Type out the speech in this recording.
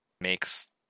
makes